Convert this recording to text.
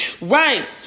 Right